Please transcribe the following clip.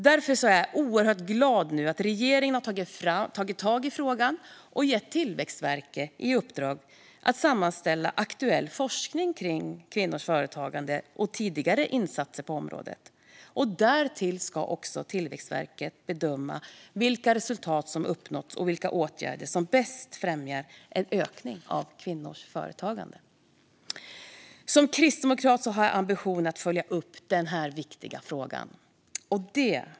Därför är jag nu oerhört glad över att regeringen har tagit tag i frågan och gett Tillväxtverket i uppdrag att sammanställa aktuell forskning om kvinnors företagande och tidigare insatser på området. Därtill ska Tillväxtverket bedöma vilka resultat som uppnåtts och vilka åtgärder som bäst främjar en ökning av kvinnors företagande. Som kristdemokrat har jag ambition att följa upp denna viktiga fråga.